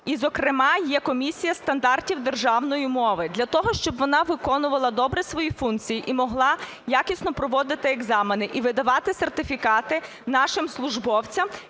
і зокрема є Комісія стандартів державної мови. Для того, щоб вона виконувала добре свої функції і могла якісно проводити екзамени і видавати сертифікати нашим службовцям,